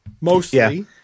mostly